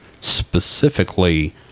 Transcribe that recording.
Specifically